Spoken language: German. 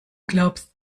glaubst